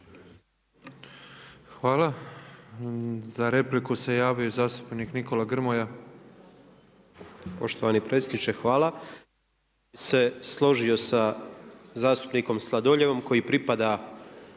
Hvala. Za repliku se javio zastupnik Nikola Grmoja.